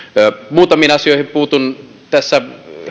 muutamiin asioihin puutun tässä